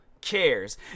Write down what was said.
cares